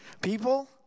people